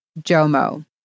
JOMO